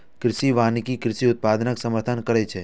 कृषि वानिकी कृषि उत्पादनक समर्थन करै छै